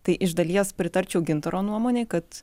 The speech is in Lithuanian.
tai iš dalies pritarčiau gintaro nuomonei kad